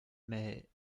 mais